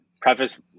preface